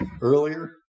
earlier